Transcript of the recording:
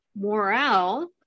morale